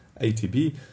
ATB